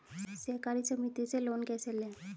सहकारी समिति से लोन कैसे लें?